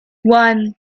one